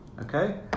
Okay